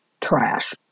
trash